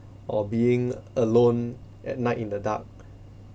or being alone at night in the dark